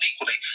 equally